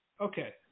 Okay